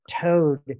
toad